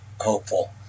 hopeful